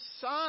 Son